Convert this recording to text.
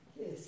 Yes